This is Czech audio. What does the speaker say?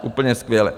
Úplně skvěle.